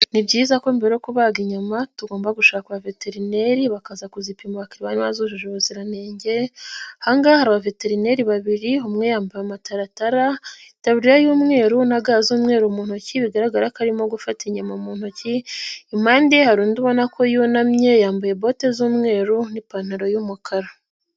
Ni byiza ko mbere yo kubaga inyama tugomba gushaka ba veterineri bakaza kuzipima bakareba niba zujuje ubuziranenge ahangaha hari abaveterineri babiri umwe yambaye amatarataratabirira y'umweru na gaz'umweruru mu ntoki bigaragara ko arimo gufata inyama mu ntoki, impande hari undi ubona ko yunamye yambaye bote z'umweru n'ipantaro y'umukara.